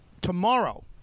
Tomorrow